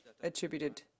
attributed